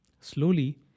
slowly